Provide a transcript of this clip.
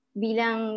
bilang